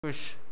कुश